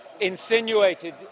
insinuated